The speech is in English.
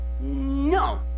no